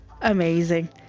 amazing